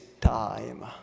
time